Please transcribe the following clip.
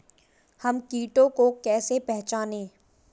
हम कीटों को कैसे पहचाने?